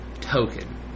Token